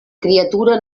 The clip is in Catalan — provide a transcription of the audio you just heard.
criatura